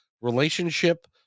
relationship